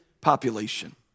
population